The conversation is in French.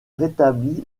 rétabli